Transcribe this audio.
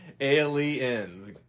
Aliens